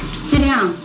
sit down.